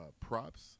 props